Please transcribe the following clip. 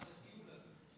עד הטיול הזה.